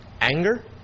anger